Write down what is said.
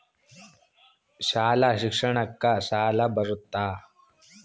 ಶಾಲಾ ಶಿಕ್ಷಣಕ್ಕ ಸಾಲ ಬರುತ್ತಾ?